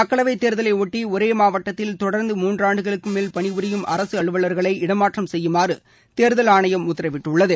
மக்களவைத் தேர்தலை ஒட்டி ஒரே மாவட்டத்தில் தொடர்ந்து மூன்றாண்டுகளுக்கு மேல் பணிபுரியும் அரசு அலுவலர்களை இடமாற்றம் செய்யுமாறு தேர்தல் ஆணையம் உத்தரவிட்டுள்ளது